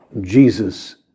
Jesus